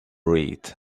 read